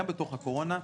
בתוך הקורונה,